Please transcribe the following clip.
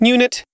Unit